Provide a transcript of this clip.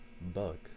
bug